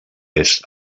est